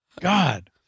God